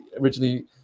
originally